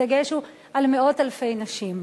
הדגש הוא על "מאות אלפי נשים".